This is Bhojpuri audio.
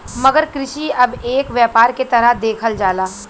मगर कृषि अब एक व्यापार के तरह देखल जाला